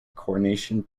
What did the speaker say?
coronation